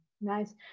nice